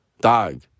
dog